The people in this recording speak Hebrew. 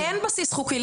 אין בסיס חוקי.